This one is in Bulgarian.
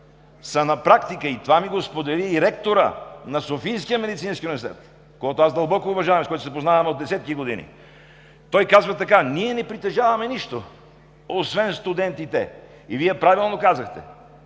на практика, това ми го сподели и ректорът на Софийския медицински университет, когото дълбоко уважавам и се познаваме от десетки години, той казва: ние не притежаваме нищо, освен студентите. Вие правилно казахте: